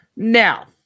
Now